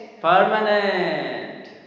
permanent